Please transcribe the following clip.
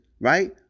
Right